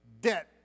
Debt